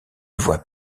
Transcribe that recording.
voie